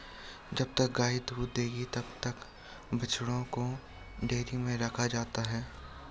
जब तक गाय दूध देती है तब तक बछड़ों को डेयरी में रखा जाता है